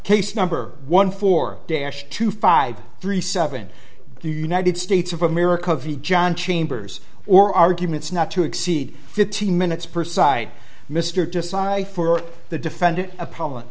case number one four dash two five three seven united states of america v john chambers or arguments not to exceed fifteen minutes per side mr decide for the defendant a